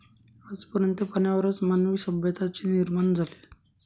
आज पर्यंत पाण्यावरच मानवी सभ्यतांचा निर्माण झाला आहे